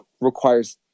requires